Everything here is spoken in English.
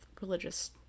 religious